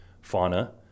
fauna